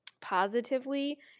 positively